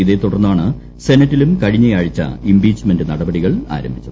ഇതേ തുടർന്നാണ് സെനറ്റിലും കഴിഞ്ഞയാഴ്ച്ച ഈ്പീച്ച്മെന്റ് നടപടികൾ ആരംഭിച്ചത്